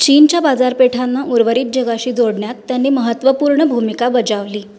चीनच्या बाजारपेठांना उर्वारित जगाशी जोडण्यात त्यांनी महत्त्वपूर्ण भूमिका बजावली